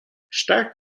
stark